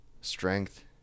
strength